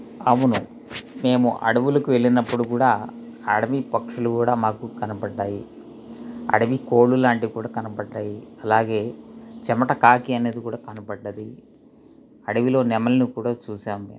అవును మేము అడవులకు వెళ్ళినప్పుడు కూడా అడవి పక్షులు కూడా మాకు కనపడ్డాయి అడవి కోళ్ళులాంటివి కూడా కనపడ్డాయి అలాగే చెమట కాకి అనేది కూడా కనపడ్డది అడవిలో నెమళ్ళను కూడా చూసాము